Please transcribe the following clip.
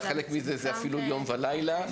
חלק מזה זה אפילו יום ולילה.